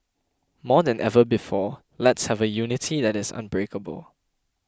more than ever before let's have a unity that is unbreakable